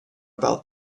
about